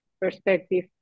perspective